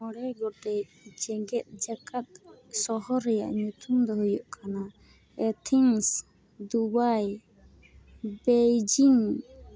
ᱢᱚᱬᱮ ᱜᱚᱴᱮᱡ ᱡᱮᱜᱮᱛ ᱡᱟᱠᱟᱛ ᱥᱚᱦᱚᱨ ᱨᱮᱭᱟᱜ ᱧᱩᱛᱩᱢ ᱫᱚ ᱦᱩᱭᱩᱜ ᱠᱟᱱᱟ ᱮᱛᱷᱤᱱᱥ ᱫᱩᱵᱟᱭ ᱵᱮᱭᱡᱤᱝ